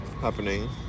happening